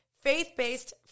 faith-based